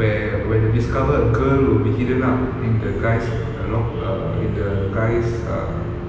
where where they discover a girl who will be hidden up in the guy's err lock err in the guy's err